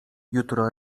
jutro